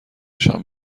نشان